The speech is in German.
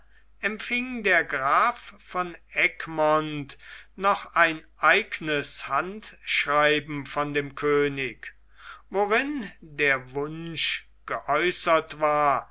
empfing der graf von egmont noch ein eignes handschreiben von dem könig worin der wunsch geäußert war